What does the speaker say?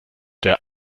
der